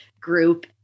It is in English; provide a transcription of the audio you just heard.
group